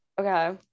Okay